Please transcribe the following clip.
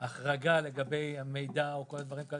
החרגה לגבי המידע או דברים כאלה.